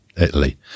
Italy